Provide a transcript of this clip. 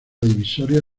divisoria